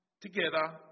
together